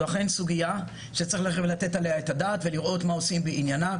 זו אכן סוגיה שצריך לתת עליה את הדעת ולראות מה עושים בעניינה.